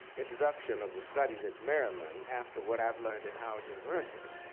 introduction of the studies at maryland, after what i've learned at howard university.